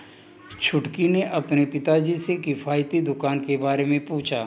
छुटकी ने अपने पिताजी से किफायती दुकान के बारे में पूछा